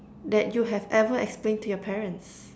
that you have ever explained to your parents